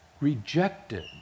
rejected